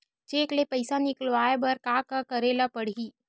Cheque ले पईसा निकलवाय बर का का करे ल पड़हि?